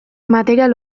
material